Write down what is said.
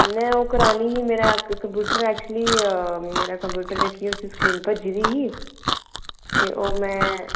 में ओह् करानी ही मेरा इक्क कम्पयूटर ऐ ऐक्च्यूलि मेरे कम्पयूटर दी सक्रीन भज्जी दी ही ते